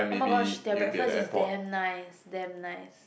oh-my-gosh their breakfast is damn nice damn nice